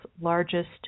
largest